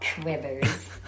quivers